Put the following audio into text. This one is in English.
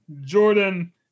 Jordan